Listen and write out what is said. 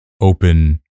open